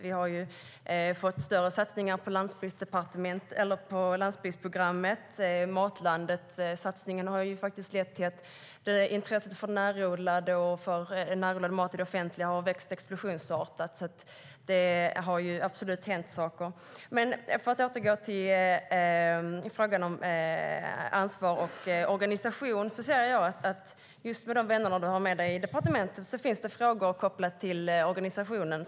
Vi har ju fått större satsningar på landsbygdsprogrammet, och satsningen på Matlandet har faktiskt lett till att intresset för närodlat och närodlad mat i det offentliga har vuxit explosionsartat. Men låt mig återgå till detta med ansvar och organisation. Med de vänner du har med dig i departementet finns det många frågor kopplade till organisationen.